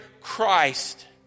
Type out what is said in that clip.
Christ